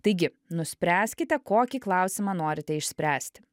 taigi nuspręskite kokį klausimą norite išspręsti